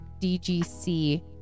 DGC